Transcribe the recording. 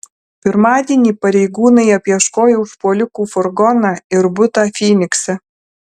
pirmadienį pareigūnai apieškojo užpuolikų furgoną ir butą fynikse